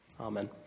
Amen